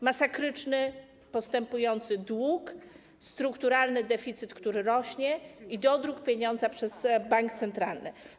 Masakryczny, postępujący dług, strukturalny deficyt, który rośnie, i dodruk pieniądza przez bank centralny.